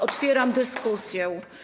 Otwieram dyskusję.